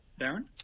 Darren